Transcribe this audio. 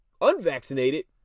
Unvaccinated